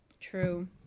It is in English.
True